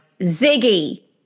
Ziggy